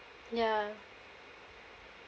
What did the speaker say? ya